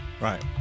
Right